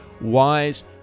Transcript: Wise